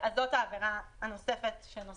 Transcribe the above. אז זאת העבירה שנוספה.